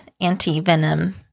anti-Venom